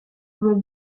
with